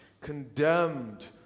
condemned